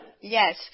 yes